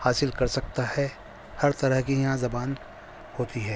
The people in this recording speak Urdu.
حاصل کر سکتا ہے ہر طرح کی یہاں زبان ہوتی ہے